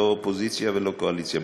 לא אופוזיציה ולא קואליציה,